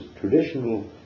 traditional